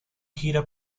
gira